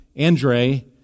Andre